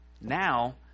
now